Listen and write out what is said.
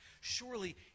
Surely